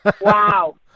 Wow